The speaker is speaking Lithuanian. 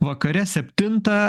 vakare septintą